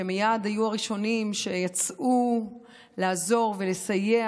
שמייד היו ראשונים שיצאו לעזור ולסייע,